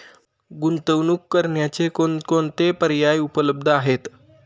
गुंतवणूक करण्याचे कोणकोणते पर्याय उपलब्ध आहेत?